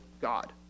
God